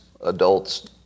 adults